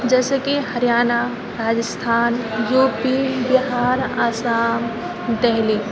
جیسے کہ Haryana Rajasthan U P Bihar Assam Delhi